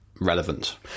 relevant